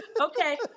Okay